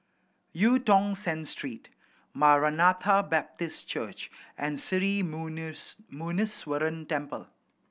Eu Tong Sen Street Maranatha Baptist Church and Sri Muneeswaran Temple